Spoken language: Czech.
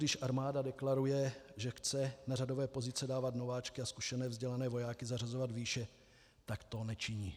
Proč, když armáda deklaruje, že chce na řadové pozice dávat nováčky a zkušené vzdělané vojáky zařazovat výše, takto nečiní?